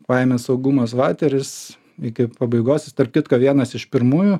paėmė saugumas vat ir jis iki pabaigos jis tarp kitko vienas iš pirmųjų